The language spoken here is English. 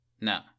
No